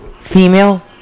Female